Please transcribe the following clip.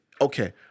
okay